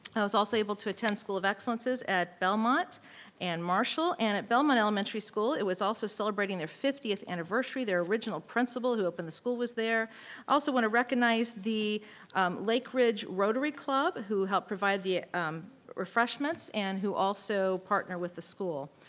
i was also able to attend school of excellences at belmont and marshall and at belmont elementary school, it was also celebrating their fiftieth anniversary, their original principle who opened the school was there. i also wanna recognize the lake ridge rotary club who helped provide the ah um refreshments and who also partner with the school.